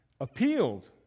appealed